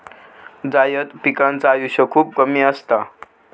जायद पिकांचा आयुष्य खूप कमी असता